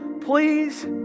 please